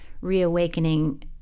reawakening